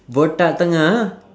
botak tengah